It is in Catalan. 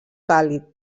càlid